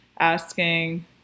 Asking